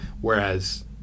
Whereas